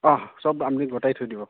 অঁ চব আপুনি গোটাই থৈ দিব